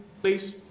please